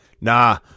Nah